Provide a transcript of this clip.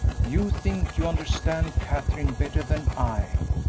you think you understand katherine better than i,